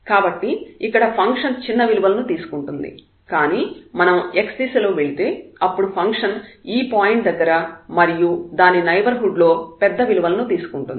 కాబట్టి ఇక్కడ ఫంక్షన్ చిన్న విలువలను తీసుకుంటుంది కానీ మనం x దిశలో వెళితే అప్పుడు ఫంక్షన్ ఈ పాయింట్ దగ్గర మరియు దాని నైబర్హుడ్ లో పెద్ద విలువలను తీసుకుంటుంది